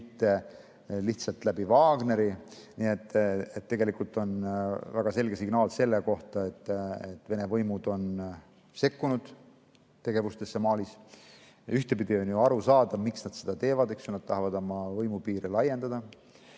mitte lihtsalt Wagneri kaudu. Nii et tegelikult on väga selge signaal selle kohta, et Vene võimud on sekkunud tegevustesse Malis. Ühtepidi on ju aru saada, miks nad seda teevad – nad tahavad oma võimupiire laiendada. Mis